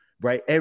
right